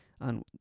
on